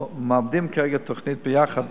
מעבדים כרגע תוכנית ביחד.